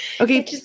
Okay